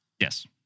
Yes